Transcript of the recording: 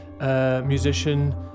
musician